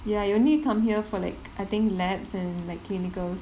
ya you only come here for like I think laboratories and like clinicals